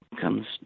comes